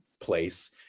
place